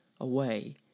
away